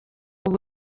uba